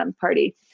party